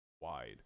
wide